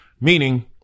meaning